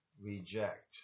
reject